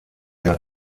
der